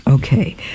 Okay